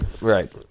right